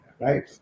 right